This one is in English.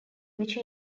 which